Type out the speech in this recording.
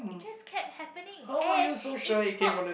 it just cat happening and it not